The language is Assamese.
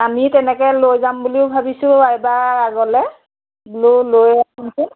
আমি তেনেকৈ লৈ যাম বুলিও ভাবিছোঁ এবাৰ আগলৈ বোলো লৈ